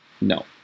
No